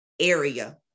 area